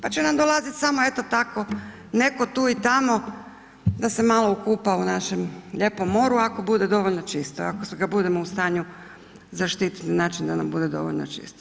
Pa će nam dolaziti samo eto tako netko tu i tamo da se malo okupa u našem lijepom moru ako bude dovoljno čisto, ako ga budemo u stanju zaštiti na način da nam bude dovoljno čisto.